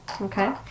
okay